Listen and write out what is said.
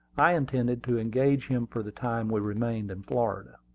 i intended to engage him for the time we remained in florida.